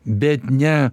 bet ne